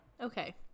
Okay